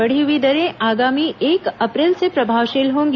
बढ़ी हुई दरें आगामी एक अप्रैल से प्रभावशील होंगी